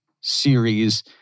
series